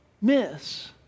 miss